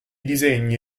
disegni